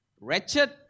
Wretched